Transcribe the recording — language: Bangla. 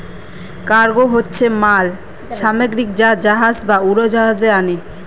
কার্গো হচ্ছে মাল সামগ্রী যা জাহাজ বা উড়োজাহাজে আনে